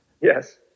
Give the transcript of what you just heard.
Yes